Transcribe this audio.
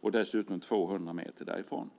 och dessutom 200 meter därifrån.